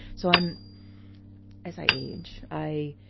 so i'm as i age, i,